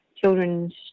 children's